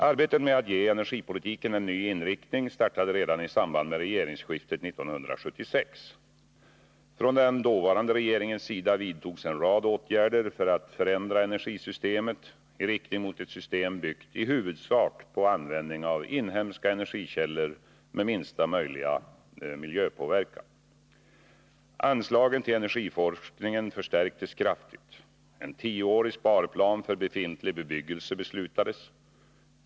Arbetet med att ge energipolitiken en ny inriktning startade redan i samband med regeringsskiftet 1976. Från den dåvarande regeringens sida vidtogs en rad åtgärder för att förändra energisystemet i riktning mot ett system byggt i huvudsak på användningen av inhemska energikällor med minsta möjliga miljöpåverkan. Anslagen till energiforskningen förstärktes kraftigt. En tioårig sparplan för befintlig bebyggelse beslutades.